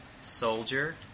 soldier